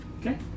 Okay